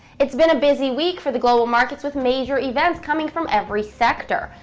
it's been a busy week for the global markets with major events coming from every sector.